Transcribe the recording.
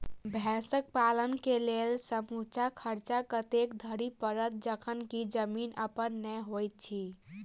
भैंसक पालन केँ लेल समूचा खर्चा कतेक धरि पड़त? जखन की जमीन अप्पन नै होइत छी